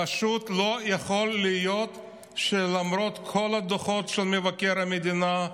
פשוט לא יכול להיות שלמרות כל הדוחות של מבקר המדינה,